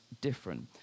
different